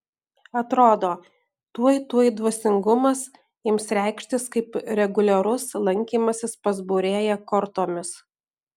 atrodo tuoj tuoj dvasingumas ims reikštis kaip reguliarus lankymasis pas būrėją kortomis